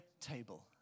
table